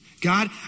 God